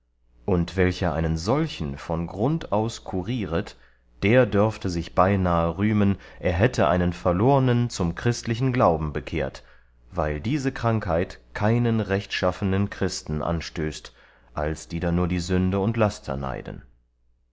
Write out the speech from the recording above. und welcher einen solchen von grund aus kurieret der dörfte sich beinahe rühmen er hätte einen verlornen zum christlichen glauben bekehrt weil diese krankheit keinen rechtschaffenen christen anstößt als die da nur die sünde und laster